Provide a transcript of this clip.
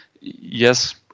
yes